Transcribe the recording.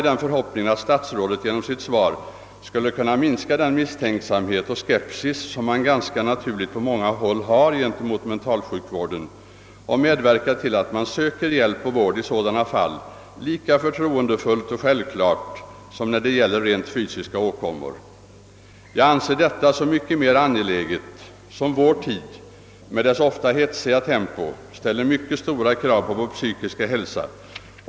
Ävenså hoppas jag att statsrådet genom sitt svar kunnat minska den misstänksamhet och skepsis som man helt naturligt på många håll hyser gentemot mentalsjukvården och medverka till att man söker hjälp och vård i sådana fall lika förtroendefullt och självklart som när det rör sig om rent fysiska åkommor. Jag anser detta så mycket mer angeläget som vår tid med dess ofta hetsiga tempo ställer mycket stora krav på vår psykiska hälsa.